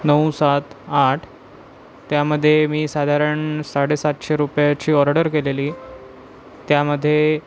नऊ सात आठ त्यामध्ये मी साधारण साडे सातशे रुपयाची ऑर्डर केलेली त्यामध्ये